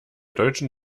deutschen